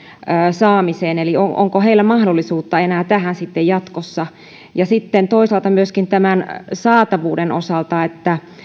saamiseen eli onko heillä mahdollisuutta tähän enää jatkossa sitten toisaalta myöskin tämän saatavuuden osalta